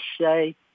say